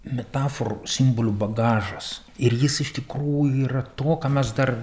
metaforų simbolių bagažas ir jis iš tikrųjų yra to ką mes dar